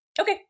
Okay